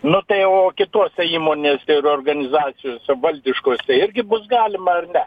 nu tai o kitose įmonėse ir organizacijose valdiškose irgi bus galima ar ne